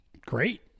great